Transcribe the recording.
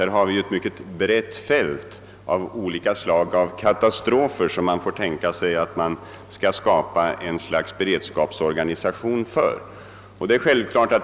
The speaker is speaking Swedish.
Det finns ett brett fält av olika slag av katastrofer för vilka en beredskapsorganisation skall skapas.